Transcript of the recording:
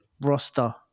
roster